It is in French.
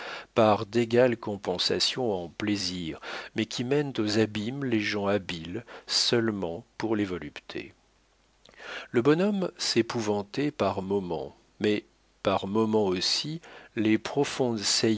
par d'égales compensations en plaisirs mais qui mènent aux abîmes les gens habiles seulement pour les voluptés le bonhomme s'épouvantait par moments mais par moments aussi les profondes